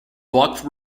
blocked